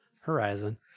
Horizon